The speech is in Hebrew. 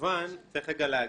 צריך רגע להגיד,